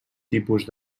tipus